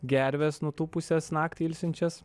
gerves nutūpusias naktį ilsinčias